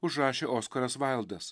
užrašė oskaras vaildas